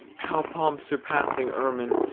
how pomp surpassing ermine,